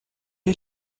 est